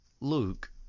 Luke